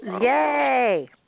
Yay